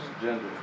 gender